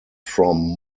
from